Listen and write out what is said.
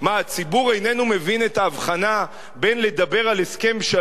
הציבור איננו מבין את ההבחנה בין לדבר על הסכם שלום,